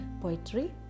poetry